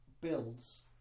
builds